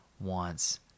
wants